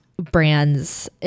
brands